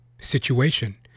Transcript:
situation